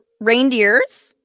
reindeers